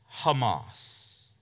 Hamas